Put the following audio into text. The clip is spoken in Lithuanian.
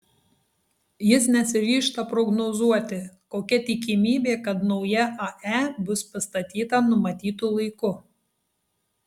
jis nesiryžta prognozuoti kokia tikimybė kad nauja ae bus pastatyta numatytu laiku